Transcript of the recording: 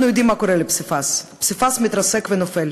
אנחנו יודעים מה קורה לפסיפס: הפסיפס מתרסק ונופל,